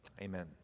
Amen